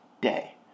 day